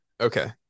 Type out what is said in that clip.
Okay